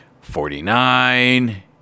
Forty-nine